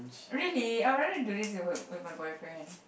really I would rather do this with with my boyfriend